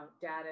data